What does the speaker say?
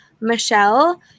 Michelle